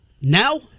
Now